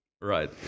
Right